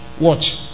Watch